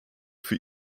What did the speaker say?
für